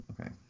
Okay